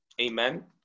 Amen